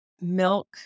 milk